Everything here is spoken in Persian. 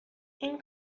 این